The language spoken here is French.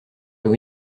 vous